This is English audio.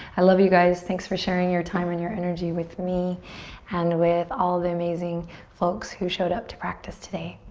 i love you guys. thanks for sharing your time and your energy with me and with all the amazing folks who showed up to practice today.